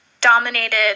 dominated